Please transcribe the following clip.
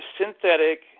synthetic